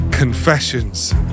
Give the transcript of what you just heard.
Confessions